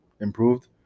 improved